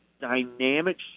dynamic